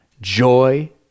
joy